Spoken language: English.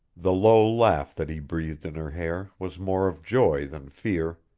the low laugh that he breathed in her hair was more of joy than fear.